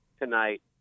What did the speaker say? tonight